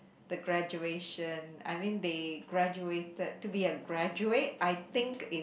the graduation I mean they graduated to be a graduate I think it's